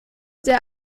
der